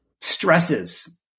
stresses